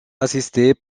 assister